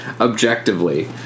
Objectively